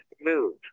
Move